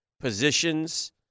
positions